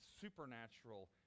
supernatural